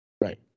right